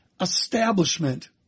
establishment